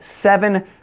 seven